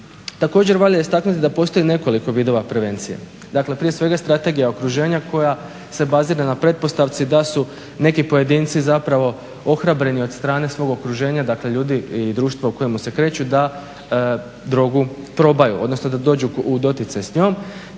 Također, valja istaknuti da postoji nekoliko vidova prevencije, dakle prije svega strategija okruženja koja se bazira na pretpostavci da su neki pojedinci zapravo ohrabreni od strane svog okruženja, dakle ljudi i društva u kojemu se kreću, da drogu probaju, odnosno da dođu u doticaj s njom.